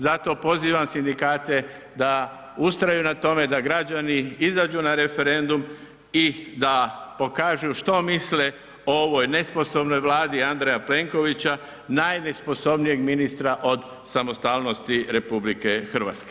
Zato pozivam sindikate da ustraju u tome, da građani izađu na referendum i da pokažu što misle o ovoj nesposobnoj Vladi Andreja Plenkovića, najnesposobnijeg ministra od samostalnosti RH.